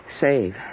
Save